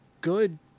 good